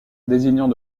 désignant